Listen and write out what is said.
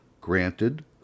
Granted